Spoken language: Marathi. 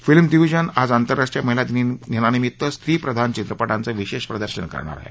फिल्म्स डिव्हिजन आज अंतरराष्ट्रीय महिला दिनानिमित्त स्त्रीप्रधान चित्रपटांचं विशेष प्रदर्शन करणार आहे